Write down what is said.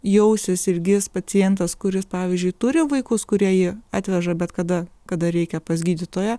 jausis ir gis pacientas kuris pavyzdžiui turi vaikus kurie jį atveža bet kada kada reikia pas gydytoją